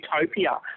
utopia